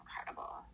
incredible